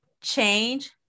change